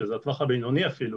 שזה הטווח הבינוני אפילו,